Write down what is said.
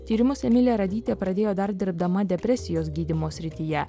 tyrimus emilija radytė pradėjo dar dirbdama depresijos gydymo srityje